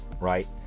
right